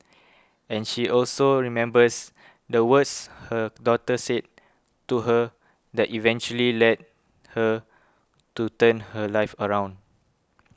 and she also remembers the words her daughter said to her that eventually led her to turn her life around